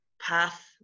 path